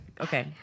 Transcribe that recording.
Okay